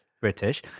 British